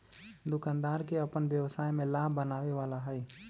दुकानदार के अपन व्यवसाय में लाभ बनावे आवा हई